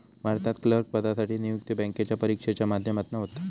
भारतात क्लर्क पदासाठी नियुक्ती बॅन्केच्या परिक्षेच्या माध्यमातना होता